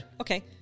Okay